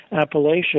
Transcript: Appalachia